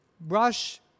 brush